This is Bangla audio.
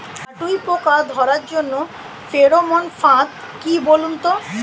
কাটুই পোকা ধরার জন্য ফেরোমন ফাদ কি বলুন তো?